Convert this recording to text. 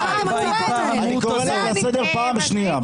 חברת הכנסת רייטן, אני קורא לך לסדר פעם שנייה.